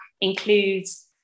includes